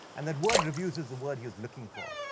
and that word, reviews, is the word is looking for.